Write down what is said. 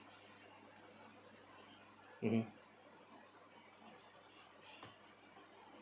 mmhmm